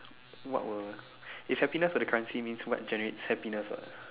what will if happiness were the currency means what generates happiness what